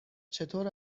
چطور